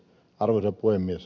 arvoisa puhemies